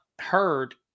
heard